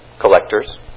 collectors